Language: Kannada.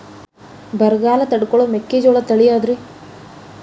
ಬರಗಾಲ ತಡಕೋ ಮೆಕ್ಕಿಜೋಳ ತಳಿಯಾವುದ್ರೇ?